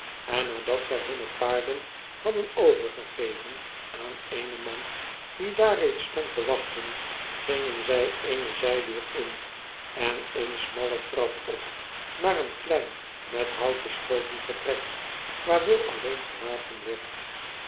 en nadat zy hunne paarden hadden overgegeven aan eenen man die daar reeds stond te wachten gingen zij eene zijdeur in en eene smalle trap op naar een klein met hout beschoten vertrek waar will alleen gelaten werd